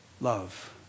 Love